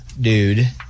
dude